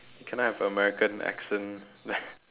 cannot have american accent